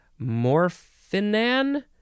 morphinan